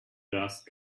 dust